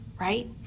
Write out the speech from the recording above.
right